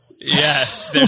Yes